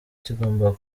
kigomba